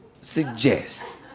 suggest